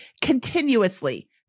continuously